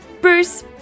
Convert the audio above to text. Bruce